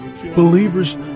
Believers